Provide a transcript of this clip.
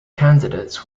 candidates